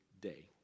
day